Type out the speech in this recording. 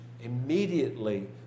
immediately